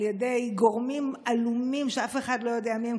ידי גורמים עלומים שאף אחד לא יודע מי הם,